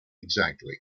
exactly